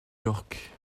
york